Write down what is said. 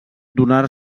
donar